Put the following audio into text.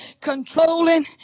controlling